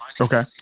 Okay